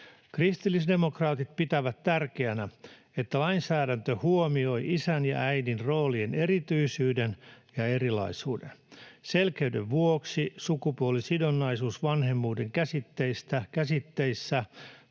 Kristillisdemokraatit pitävät tärkeänä, että lainsäädäntö huomioi isän ja äidin roolien erityisyyden ja erilaisuuden. Selkeyden vuoksi sukupuolisidonnaisuus vanhemmuuden käsitteissä